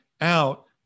out